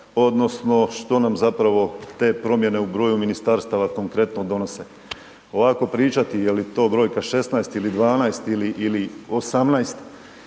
odnosno što nam zapravo te promjene u broju ministarstava konkretno donose. Ovako pričati je li to brojka 16 ili 12 ili 18